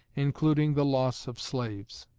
including the loss of slaves.